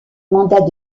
mandat